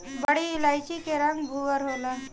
बड़ी इलायची के रंग भूअर होला